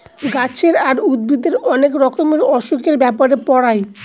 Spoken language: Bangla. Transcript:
গাছের আর উদ্ভিদের অনেক রকমের অসুখের ব্যাপারে পড়ায়